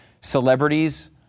Celebrities